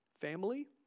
family